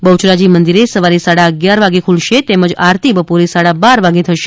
બહ્યરાજી મંદિર સવારે સાડા અગિયાર વાગ્યે ખૂલશે તેમજ આરતી બપોરે સાડા બાર વાગે થશે